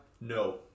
No